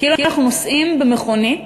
כאילו אנחנו נוסעים במכונית